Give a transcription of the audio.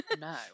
no